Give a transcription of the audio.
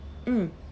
mm